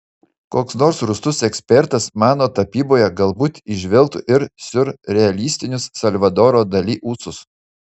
koks nors rūstus ekspertas mano tapyboje galbūt įžvelgtų ir siurrealistinius salvadoro dali ūsus